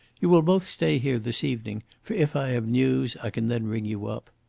you will both stay here this evening for if i have news, i can then ring you up.